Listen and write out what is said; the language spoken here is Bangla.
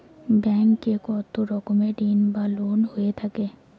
ব্যাংক এ কত রকমের ঋণ বা লোন হয়ে থাকে?